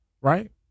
right